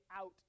out